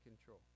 control